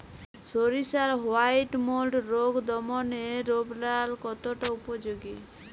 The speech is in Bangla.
সরিষার হোয়াইট মোল্ড রোগ দমনে রোভরাল কতটা উপযোগী?